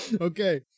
okay